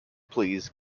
please